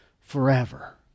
forever